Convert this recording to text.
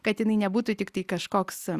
kad jinai nebūtų tiktai kažkoks